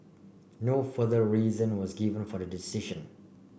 no further reason was given for the decision